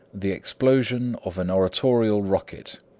the explosion of an oratorical rocket.